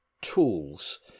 tools